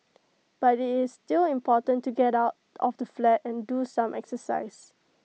but IT is still important to get out of the flat and do some exercise